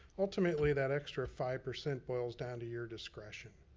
ultimately that extra five percent boils down to your discretion.